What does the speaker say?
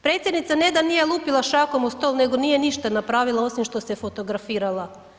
Predsjednica ne da nije lupila šakom od stol, nego nije ništa napravila osim što se fotografirala.